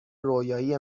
رویایی